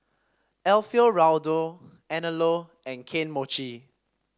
Alfio Raldo Anello and Kane Mochi